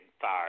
fire